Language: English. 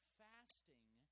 fasting